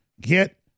get